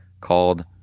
called